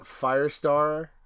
Firestar